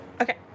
Okay